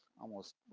almost, what,